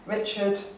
Richard